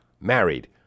married